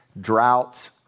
droughts